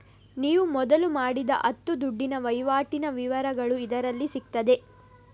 ನೀವು ಮೊದಲು ಮಾಡಿದ ಹತ್ತು ದುಡ್ಡಿನ ವೈವಾಟಿನ ವಿವರಗಳು ಇದರಲ್ಲಿ ಸಿಗ್ತದೆ